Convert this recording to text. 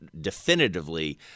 definitively